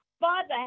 Father